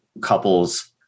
couples